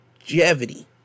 longevity